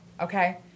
okay